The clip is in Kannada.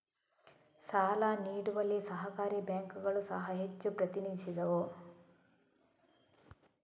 ಸಾಲ ನೀಡುವಲ್ಲಿ ಸಹಕಾರಿ ಬ್ಯಾಂಕುಗಳು ಸಹ ಹೆಚ್ಚು ಪ್ರತಿನಿಧಿಸಿದವು